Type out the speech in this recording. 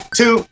two